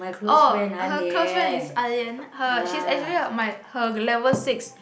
oh her close friend is Ah-Lian her she is actually my her level six